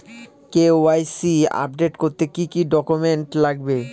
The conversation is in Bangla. কে.ওয়াই.সি আপডেট করতে কি কি ডকুমেন্টস লাগবে?